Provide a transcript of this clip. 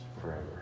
forever